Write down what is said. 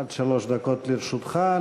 עד שלוש דקות לרשותך.